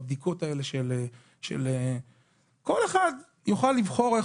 וכל אחד יוכל לבחור.